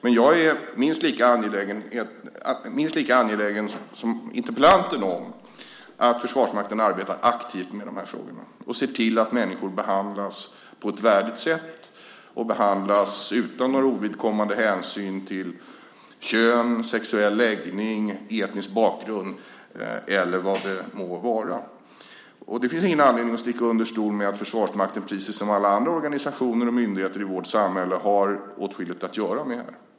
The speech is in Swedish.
Men jag är minst lika angelägen som interpellanten om att Försvarsmakten arbetar aktivt med de här frågorna och ser till att människor behandlas på ett värdigt sätt och utan några ovidkommande hänsyn till kön, sexuell läggning, etnisk bakgrund eller annat. Det finns ingen anledning att sticka under stol med att Försvarsmakten, precis som alla andra organisationer och myndigheter i vårt samhälle, har åtskilligt att göra här.